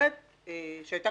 הכותרת לדיון הייתה